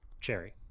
Cherry